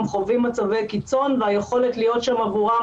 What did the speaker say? הם חווים מצבי קיצון והיכולת להיות שם עבורם